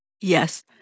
Yes